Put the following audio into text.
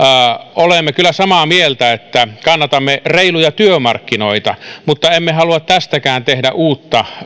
olemme kyllä samaa mieltä että kannatamme reiluja työmarkkinoita mutta emme halua tästäkään tehdä uutta